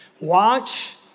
watch